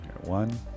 One